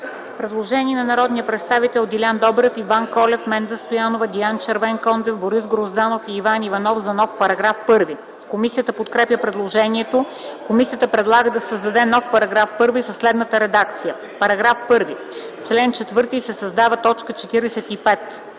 предложение от народните представители Делян Добрев, Иван Колев, Менда Стоянова, Диан Червенкондев, Борис Грозданов и Иван Иванов за нов § 1. Комисията подкрепя предложението. Комисията предлага да се създаде нов § 1 със следната редакция: „§ 1. В чл. 4 се създава т. 45: